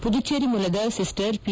ಪುದುಚೇರಿ ಮೂಲದ sister P